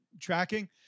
tracking